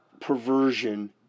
perversion